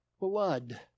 blood